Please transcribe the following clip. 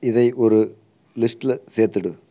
இதை ஒரு லிஸ்ட்டில் சேர்த்துவிடு